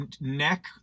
neck